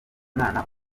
mwana